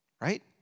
right